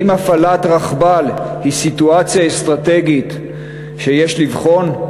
האם הפעלת רכבל היא סיטואציה אסטרטגית שיש לבחון?